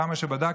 כמה שבדקתי,